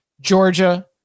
Georgia